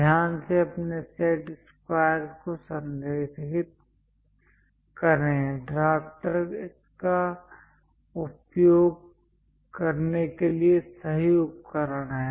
ध्यान से अपने सेट स्क्वायरस् को संरेखित करें ड्राफ्टर इसका उपयोग करने के लिए सही उपकरण है